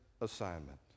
assignment